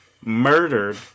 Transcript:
murdered